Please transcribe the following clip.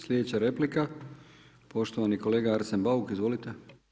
Sljedeća replika, poštovani kolega Arsen Bauk, izvolite.